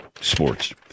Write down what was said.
Sports